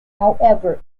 however